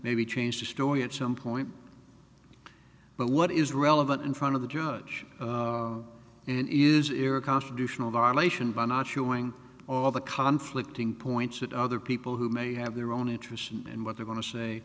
maybe change the story at some point but what is relevant in front of the judge and it is era constitutional violation by not showing all the conflict in points that other people who may have their own interests and what they want to say